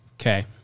Okay